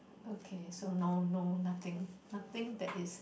okay so no no nothing nothing that is